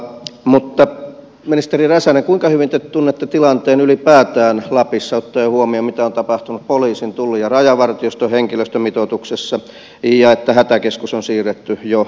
mutta ministeri räsänen kuinka hyvin te tunnette tilanteen ylipäätään lapissa ottaen huomioon mitä on tapahtunut poliisin tullin ja rajavartioston henkilöstömitoituksessa ja että hätäkeskus on siirretty jo ouluun